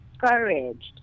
discouraged